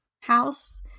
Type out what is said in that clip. house